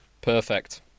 perfect